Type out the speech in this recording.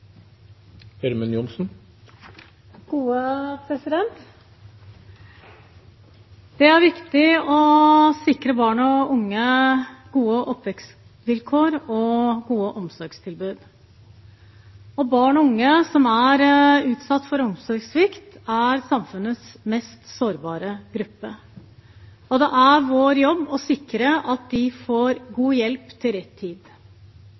i komiteen. Det er viktig å sikre barn og unge gode oppvekstvilkår og gode omsorgstilbud. Barn og unge som er utsatt for omsorgssvikt, er samfunnets mest sårbare gruppe. Det er vår jobb å sikre at de får god hjelp til rett tid.